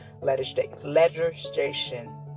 legislation